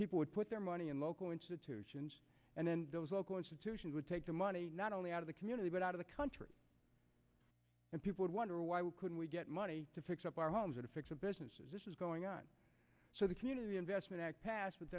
people would put their money in local institutions and then those local institutions would take the money not only out of the community but out of the country and people would wonder why couldn't we get money to fix up our homes or to fix the businesses this is going on so the community reinvestment act passed